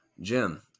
Jim